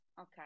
okay